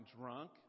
drunk